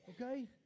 Okay